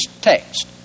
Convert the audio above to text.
text